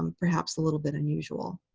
um perhaps, a little bit unusual.